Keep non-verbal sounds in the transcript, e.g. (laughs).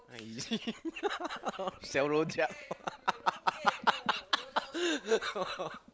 (laughs) sell rojak (laughs)